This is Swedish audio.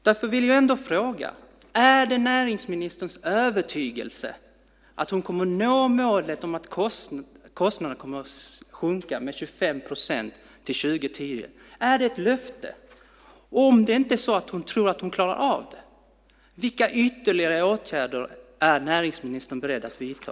Därför vill jag fråga: Är det näringsministerns övertygelse att hon kommer att nå målet att kostnaderna ska sjunka med 25 procent till 2010? Är det ett löfte? Om hon inte tror att hon klarar av det, vilka ytterligare åtgärder är näringsministern beredd att vidta?